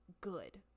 good